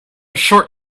short